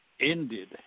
ended